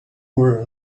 were